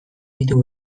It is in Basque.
ditu